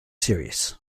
serious